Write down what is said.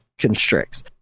constricts